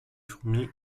fourmis